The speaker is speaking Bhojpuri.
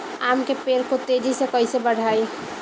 आम के पेड़ को तेजी से कईसे बढ़ाई?